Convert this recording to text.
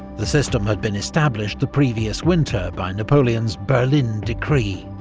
the system had been established the previous winter by napoleon's berlin decree.